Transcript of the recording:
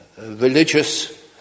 religious